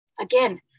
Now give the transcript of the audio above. Again